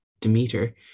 Demeter